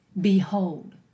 Behold